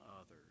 others